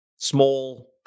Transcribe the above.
Small